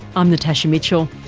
i'm natasha mitchell.